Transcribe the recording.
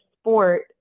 sport